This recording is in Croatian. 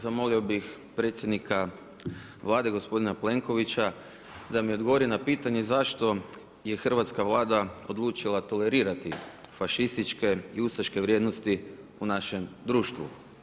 Zamolio bih predsjednika Vlade, gospodina Plenkovića, da mi odgovori na pitanje, zašto je Hrvatska vlada odučila tolerirati fašističke i ustaške vrijednosti u našem društvu?